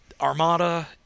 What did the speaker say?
Armada